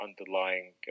underlying